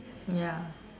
ya